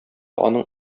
аның